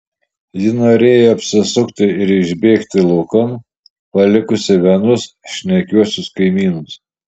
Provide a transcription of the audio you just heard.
ji norėjo apsisukti ir išbėgti laukan palikusi vienus šnekiuosius kaimynus